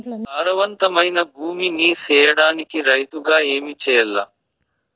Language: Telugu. సారవంతమైన భూమి నీ సేయడానికి రైతుగా ఏమి చెయల్ల?